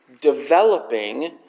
developing